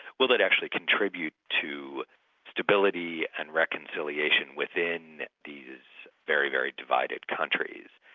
will that actually contribute to stability and reconciliation within these very, very divided countries?